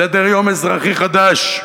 סדר-יום אזרחי חדש,